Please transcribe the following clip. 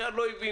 השאר לא הבינו,